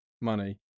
money